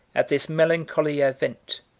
at this melancholy event,